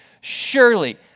surely